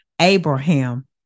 Abraham